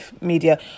media